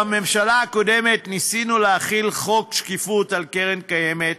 בממשלה הקודמת ניסינו להחיל חוק שקיפות על קרן קיימת,